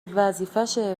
وظیفشه